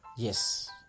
Yes